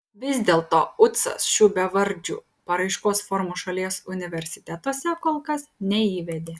vis dėlto ucas šių bevardžių paraiškos formų šalies universitetuose kol kas neįvedė